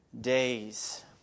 days